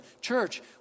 Church